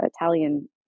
Italian